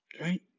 Right